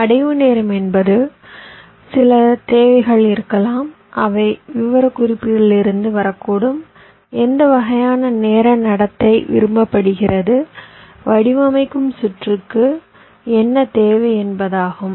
அடைவு நேரம் என்பது சில தேவைகள் இருக்கலாம் அவை விவரக்குறிப்புகளிலிருந்து வரக்கூடும் எந்த வகையான நேர நடத்தை விரும்பப்படுகிறது வடிவமைக்கும் சுற்றுக்கு என்ன தேவை என்பதாகும்